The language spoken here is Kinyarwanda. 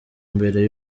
mbere